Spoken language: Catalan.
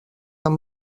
amb